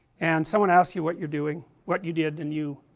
and someone asks you what you are doing, what you did and you